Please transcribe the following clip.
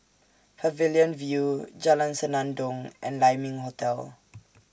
Pavilion View Jalan Senandong and Lai Ming Hotel